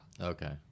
Okay